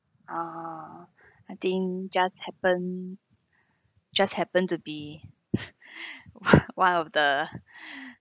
orh I think just happened just happened to be one one of the